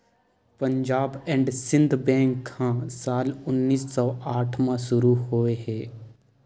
Punjab and Sindh bank ह साल उन्नीस सौ आठ म शुरू होए हे